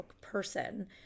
person